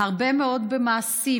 הרבה מאוד במעשים.